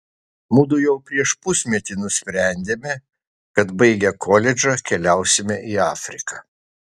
mudu jau prieš pusmetį nusprendėme kad baigę koledžą keliausime į afriką